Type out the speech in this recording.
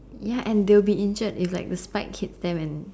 ya and they will be injured if the spikes hit them and